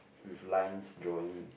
with lines drawing